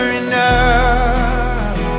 enough